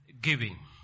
giving